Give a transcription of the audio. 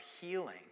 healing